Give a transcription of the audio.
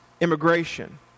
immigration